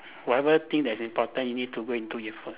whatever thing that is important you need to go and do it